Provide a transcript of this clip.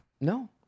No